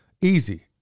Easy